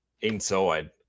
inside